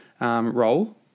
role